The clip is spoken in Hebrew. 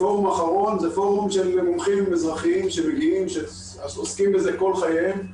פורום אחרון זה פורום של מומחים אזרחים שעוסקים בזה כל חייהם,